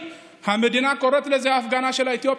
המדינה קוראת לזה ההפגנה של האתיופים,